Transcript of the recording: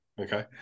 okay